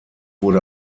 wurde